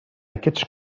aquests